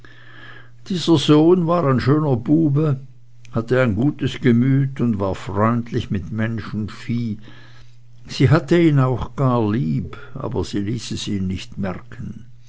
dieser sohn war ein schöner bube hatte ein gutes gemüt und war freundlich mit mensch und vieh sie hatte ihn auch gar lieb aber sie ließ es ihn nicht merken